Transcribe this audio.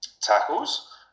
tackles